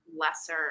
lesser